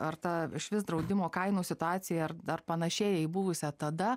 ar ta išvis draudimo kainų situacija ar dar panašėja į buvusią tada